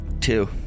Two